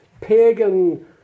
pagan